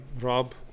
rob